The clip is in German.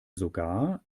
sogar